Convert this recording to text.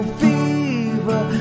fever